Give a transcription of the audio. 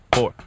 Four